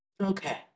Okay